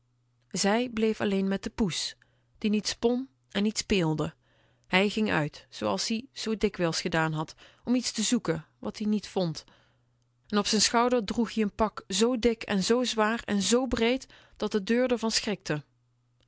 zij bleef alleen met de poes die niet spon en niet speelde hij ging uit zooals ie t zoo dikwijls gedaan had om iets te zoeken wat-ie niet vond en op z'n schouder droeg ie n pak zoo dik en zoo zwaar en zoo breed dat de deur r van schrikte